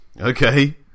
Okay